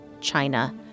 China